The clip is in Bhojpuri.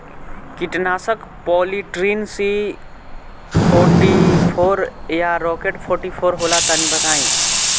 कीटनाशक पॉलीट्रिन सी फोर्टीफ़ोर या राकेट फोर्टीफोर होला तनि बताई?